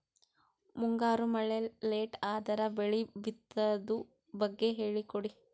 ಮುಂಗಾರು ಮಳೆ ಲೇಟ್ ಅದರ ಬೆಳೆ ಬಿತದು ಬಗ್ಗೆ ಹೇಳಿ ಕೊಡಿ?